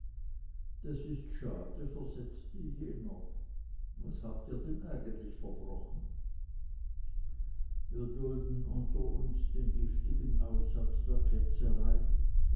das ist schade versetzte jener was habt ihr denn eigentlich verbrochen wir dulden unter uns den giftigen aussatz der ketzerei